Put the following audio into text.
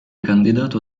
candidato